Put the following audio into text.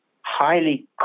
highly